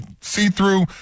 see-through